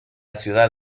ciudad